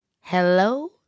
Hello